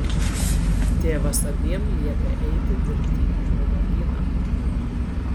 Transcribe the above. tėvas abiem liepia eiti dirbti į vynuogyną